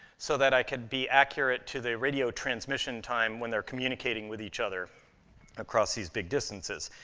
so that i can be accurate to the radio transmission time when they're communicating with each other across these big distances.